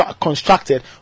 constructed